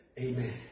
Amen